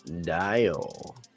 Dial